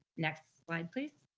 next slide, please.